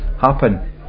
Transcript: happen